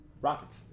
Rockets